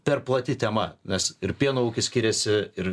per plati tema nes ir pieno ūkis skiriasi ir